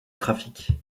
trafic